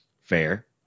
Fair